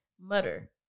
Mutter